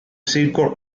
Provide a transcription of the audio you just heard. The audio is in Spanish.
circle